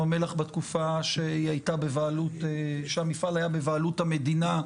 המלח בתקופה שהמפעל היה בבעלות המדינה,